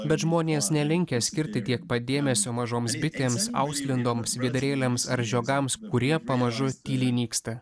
bet žmonės nelinkę skirti tiek pat dėmesio mažoms bitėms auslindoms vėdarėliams ar žiogams kurie pamažu tyliai nyksta